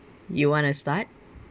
you want to start